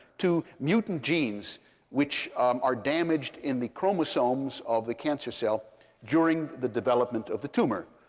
to mutant genes which are damaged in the chromosomes of the cancer cell during the development of the tumor,